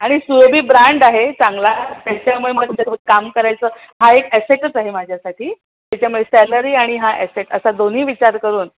आणि सुरभी ब्रँड आहे चांगला त्याच्यामुळे मला त्याच्याबरोबर काम करायचं हा एक ॲसेटच आहे माझ्यासाठी त्याच्यामुळे सॅलरी आणि हा ॲसेट असा दोन्ही विचार करून